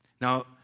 Now